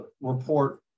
report